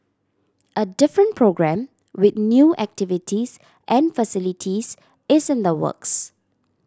a different programme with new activities and facilities is in the works